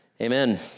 Amen